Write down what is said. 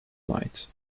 knight